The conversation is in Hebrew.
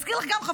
אזכיר גם לך,